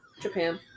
Japan